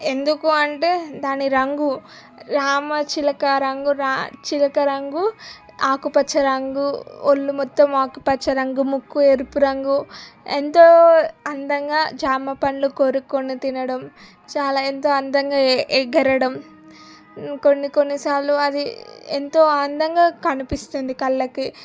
ఎందుకు అంటే దాని రంగు రామచిలక రంగు రా చిలక రంగు ఆకుపచ్చ రంగు ఒళ్ళు మొత్తం ఆకుపచ్చ రంగు ముక్కు ఎరుపు రంగు ఎంతో అందంగా జామపండ్లు కొరుక్కొని తినడం చాలా ఎంతో అందంగా ఎగరడం కొన్ని కొన్నిసార్లు అది ఎంతో అందంగా కనిపిస్తుంది కళ్ళకి